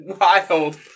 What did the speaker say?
wild